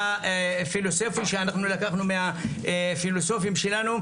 הפילוסופי שאנחנו לקחנו מהפילוסופים שלנו,